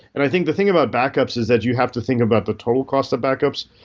and i think the thing about backups is that you have to think about the total cost of backups.